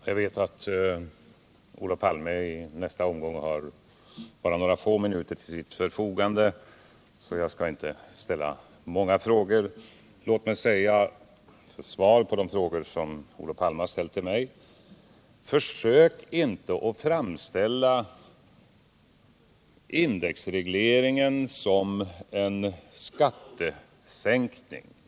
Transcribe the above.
Herr talman! Jag vet att Olof Palme i nästa omgång har bara några få minuter till sitt förfogande, och jag skall därför inte ställa många frågor. Låt mig få säga följande som svar på de frågor som Olof Palme ställt till mig. Försök inte framställa indexregleringen som en skattesänkning!